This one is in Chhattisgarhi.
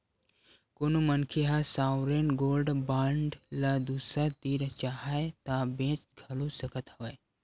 कोनो मनखे ह सॉवरेन गोल्ड बांड ल दूसर तीर चाहय ता बेंच घलो सकत हवय